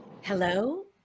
Hello